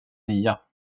nya